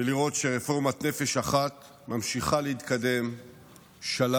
ולראות שרפורמת נפש אחת ממשיכה להתקדם שלב